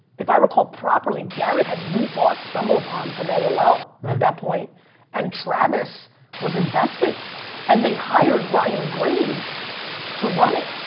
if i recall properly, garrett had rebought stumble upon from aol at and and that point and travis was investing and they hired ryan graves to run it.